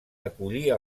acollia